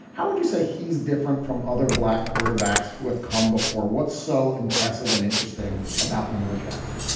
how would you say he's different from other black quarterbacks who have come before? what's so impressive and interesting about lamar jackson?